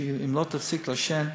ואז הוא עישן